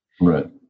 right